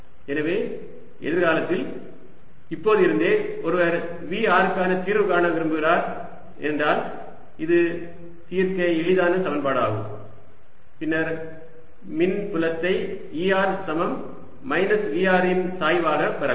எனவே எதிர்காலத்தில் இப்போது இருந்தே ஒருவர் V r க்குத் தீர்வு காண விரும்புகிறார் ஏனென்றால் இது தீர்க்க எளிதான சமன்பாடு ஆகும் பின்னர் மின்புலத்தை Er சமம் மைனஸ் Vr இன் சாய்வாக பெறலாம்